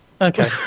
Okay